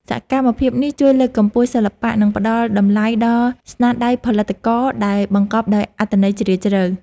សកម្មភាពនេះជួយលើកកម្ពស់សិល្បៈ និងផ្ដល់តម្លៃដល់ស្នាដៃផលិតករដែលបង្កប់ដោយអត្ថន័យជ្រាលជ្រៅ។